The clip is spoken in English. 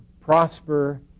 prosper